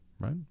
right